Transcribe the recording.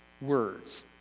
words